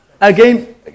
Again